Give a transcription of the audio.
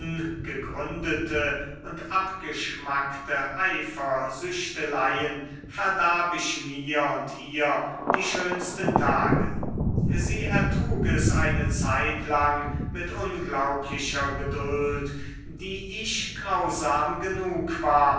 ungegründete und abgeschmackte eifersüchteleien verdarb ich mir und ihr die schönsten tage sie ertrug es eine zeitlang mit unglaublicher geduld die ich grausam genug war